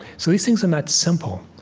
so these things are not simple.